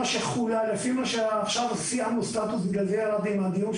מי שאיננו מחוסן, הוא צריך לעשות שתי בדיקות